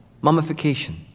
Mummification